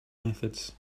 methods